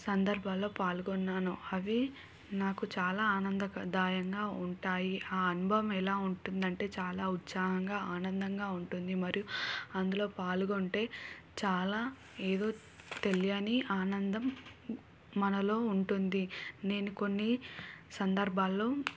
సందర్భాల్లో పాల్గొన్నాను అవి నాకు చాలా ఆనందదాయకంగా ఉంటాయి ఆ అనుభవం ఎలా ఉంటుంది అంటే చాలా ఉత్సాహంగా ఆనందంగా ఉంటుంది మరియు అందులో పాల్గొంటే చాలా ఏదో తెలియని ఆనందం మనలో ఉంటుంది నేను కొన్ని సందర్భాల్లో